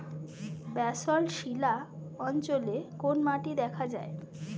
Basalt শিলা অঞ্চলে কোন মাটি দেখা যায়?